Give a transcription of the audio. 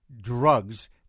drugs